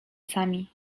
sami